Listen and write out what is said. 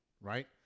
right